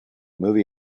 movie